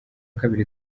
kabiri